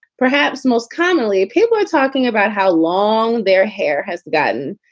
perhaps most commonly people are talking about how long their hair has gotten.